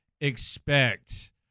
expect